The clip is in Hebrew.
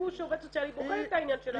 אמרו שעובדת סוציאלית בוחנת את העניין של האלימות.